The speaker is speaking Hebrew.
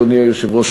אדוני היושב-ראש,